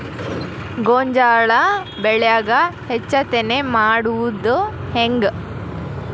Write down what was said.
ಗೋಂಜಾಳ ಬೆಳ್ಯಾಗ ಹೆಚ್ಚತೆನೆ ಮಾಡುದ ಹೆಂಗ್?